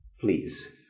please